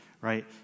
right